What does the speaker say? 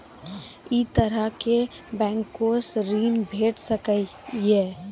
ऐ तरहक बैंकोसऽ ॠण भेट सकै ये?